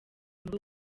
muri